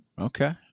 Okay